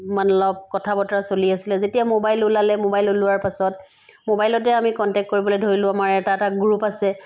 মানে লগ কথা বতৰা চলি আছিলে যেতিয়া মোবাইল ওলালে মোবাইল ওলোৱাৰ পাছত মোবাইলতে আমি কণ্টেক্ট কৰিবলৈ ধৰিলোঁ আমাৰ এটা এটা গ্ৰুপ আছে